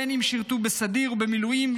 בין אם שירתו בסדיר או במילואים,